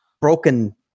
broken